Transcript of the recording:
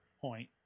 point